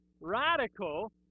radical